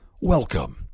Welcome